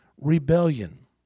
rebellion